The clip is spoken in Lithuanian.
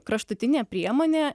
kraštutinė priemonė